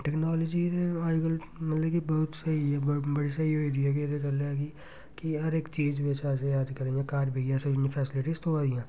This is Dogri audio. टैक्नोलाजी दे अज्जकल मतलब कि बहुत स्हेई ऐ बड़ी स्हेई होई गेदी ऐ ते एह्दे कन्नै कि कि हर इक चीज़ बिच्च असें अज्जकल इयां घर बेहियै असेंगी फैसलिटी थ्होऐ दियां